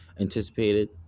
anticipated